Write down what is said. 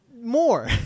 more